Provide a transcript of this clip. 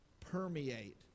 permeate